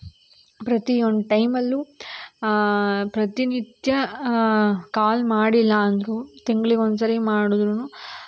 ಪ್ರತಿಯೊಂದು ಟೈಮಲ್ಲೂ ಪ್ರತಿನಿತ್ಯ ಕಾಲ್ ಮಾಡಿಲ್ಲ ಅಂದರೂ ತಿಂಗ್ಳಿಗೆ ಒಂದು ಸಾರಿ ಮಾಡಿದ್ರುನು